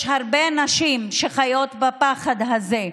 יש הרבה נשים שחיות בפחד הזה.